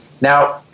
Now